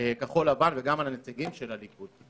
כחול לבן וגם על הנציגים של הליכוד.